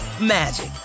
magic